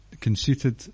conceited